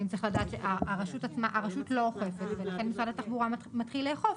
הרשות לא אוכפת ולכן משרד התחבורה מתחיל לאכוף,